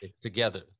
together